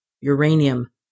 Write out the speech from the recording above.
uranium